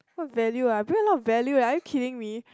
what value ah i bring a lot of value eh are you kidding me